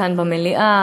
כאן במליאה,